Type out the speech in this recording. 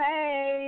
Hey